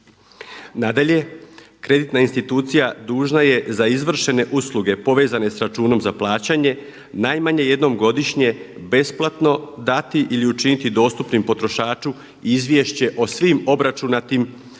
Nadalje, kreditna institucija dužna je za izvršene usluge povezane sa računom za plaćanje najmanje jednom godišnje besplatno dati ili učiniti dostupnim potrošaču izvješće o svim obračunatim